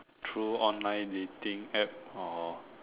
through online dating App or